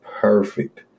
perfect